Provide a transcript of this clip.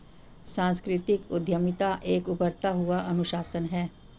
सांस्कृतिक उद्यमिता एक उभरता हुआ अनुशासन है